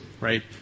right